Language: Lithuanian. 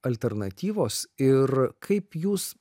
alternatyvos ir kaip jūs